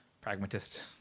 pragmatist